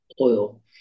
oil